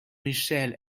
micheal